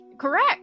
correct